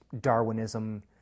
Darwinism